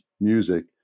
music